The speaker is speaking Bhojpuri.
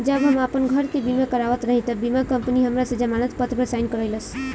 जब हम आपन घर के बीमा करावत रही तब बीमा कंपनी हमरा से जमानत पत्र पर साइन करइलस